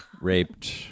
raped